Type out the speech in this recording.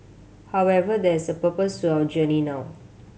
however there is a purpose to our journey now